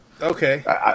Okay